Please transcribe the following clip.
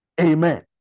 Amen